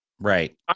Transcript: Right